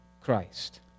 Christ